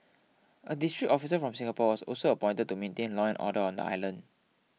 a district officer from Singapore was also appointed to maintain law and order on the island